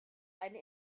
eine